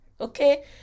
Okay